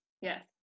yes